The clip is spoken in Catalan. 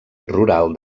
rural